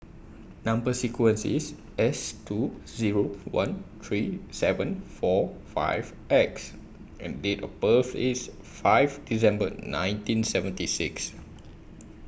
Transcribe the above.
Number sequence IS S two Zero one three seven four five X and Date of birth IS five December nineteen seventy six